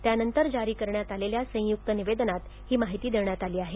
त्यानंतर जारी करण्यात आलेल्या संयुक्त निवेदनांत ही माहिती देण्यात आली आहे